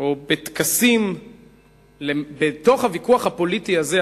או בטקסים בתוך הוויכוח הפוליטי הזה,